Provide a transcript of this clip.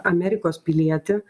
amerikos pilietį